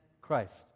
Christ